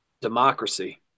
Democracy